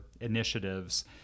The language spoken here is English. initiatives